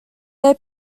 they